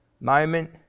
moment